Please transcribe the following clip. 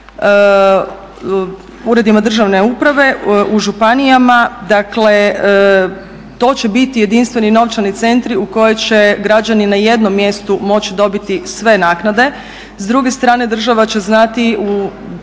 uredima državne uprave u županijama. Dakle, to će biti jedinstveni novčani centri u koje će građani na jednom mjestu moći dobiti sve naknade. S druge strane, država će znati u naredne